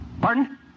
Pardon